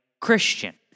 Christian